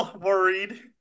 worried